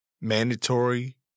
mandatory